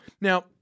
Now